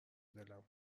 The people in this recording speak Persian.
دلم